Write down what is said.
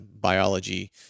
biology